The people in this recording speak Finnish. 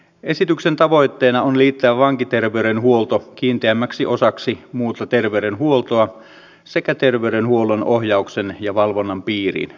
esityksen tavoitteena on liittää vankiterveydenhuolto kiinteämmäksi osaksi muuta terveydenhuoltoa sekä terveydenhuollon ohjauksen ja valvonnan piiriin